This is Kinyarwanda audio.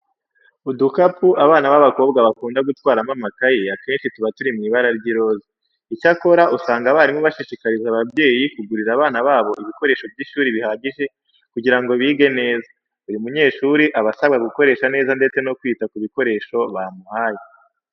Udukapu abana b'abakobwa bakunda gutwaramo amakayi akenshi tuba turi mu ibara ry'iroze. Icyakora usanga abarimu bashishikariza ababyeyi kugurira abana babo ibikoresho by'ishuri bihagije kugira ngo bige neza. Buri munyeshuri aba asabwa gukoresha neza ndetse no kwita ku bikoresho bamuhaye.